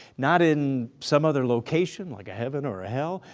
not in some other location like a heaven or a hell,